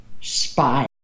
spy